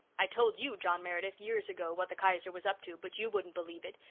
i told you, john meredith, years ago what the kaiser was up to but you wouldn't believe it.